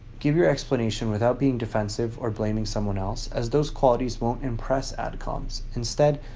give your explanation without being defensive or blaming someone else, as those qualities won't impress ad comms. instead,